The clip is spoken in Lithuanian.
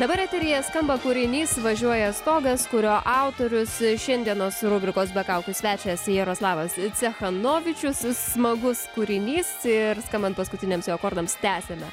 dabar eteryje skamba kūrinys važiuoja stogas kurio autorius šiandienos rubrikos be kaukių svečias jaroslavas cechanovičius smagus kūrinys ir skambant paskutiniams jo akordams tęsiame